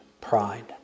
pride